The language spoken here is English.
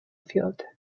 field